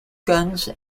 guns